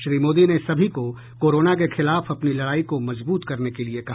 श्री मोदी ने सभी को कोरोना के खिलाफ अपनी लड़ाई को मजबूत करने के लिए कहा